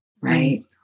right